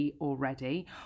already